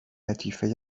لطیفه